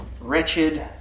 wretched